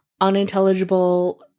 unintelligible